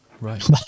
Right